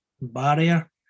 barrier